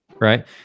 right